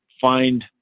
find